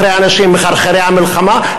אחרי האנשים מחרחרי המלחמה,